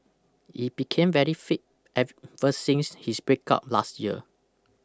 he became very fit ever since his breakup last year